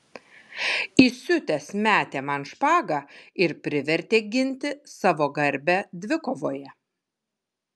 įsiutęs metė man špagą ir privertė ginti savo garbę dvikovoje